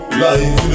life